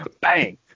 Bang